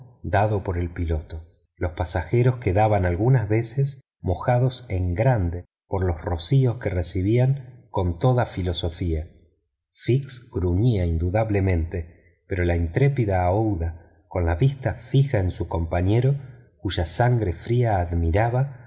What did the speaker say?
dado por el piloto los pasajeros quedaban algunas veces mojados en grande por los rocíos que recibían con toda filosofía fix gruñía indudablemente pero la intrépida aouida con la vista fija en su compañero cuya sangre fría admiraba